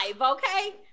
okay